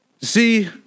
See